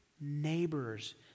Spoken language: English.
neighbors